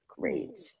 great